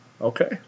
Okay